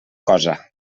cosa